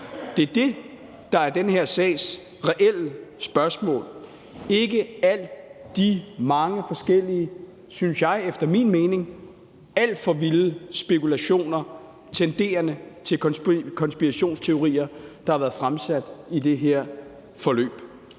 Det er det, der er den her sags reelle spørgsmål – ikke alle de mange forskellige efter min mening alt for vilde spekulationer tenderende til konspirationsteorier, der har været fremsat i det her forløb.